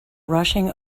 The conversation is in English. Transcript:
rushing